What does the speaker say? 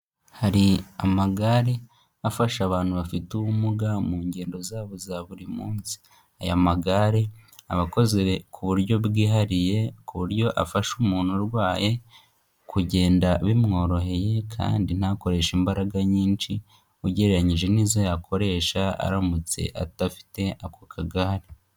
Hari amagare afasha abantu bafite ubumuga mu ngendo zabo za buri munsi. Aya magare aba akoze ku buryo bwihariye, ku buryo afasha umuntu urwaye, kugenda bimworoheye kandi ntakoreshe imbaraga nyinshi, ugereranyije n'izo yakoresha aramutse adafite ako kagare.